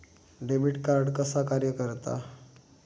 Debit card कसा कार्य करता?